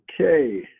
Okay